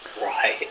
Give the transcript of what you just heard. Right